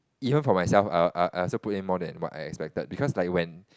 even for myself I I I also put in more than what I expected because like when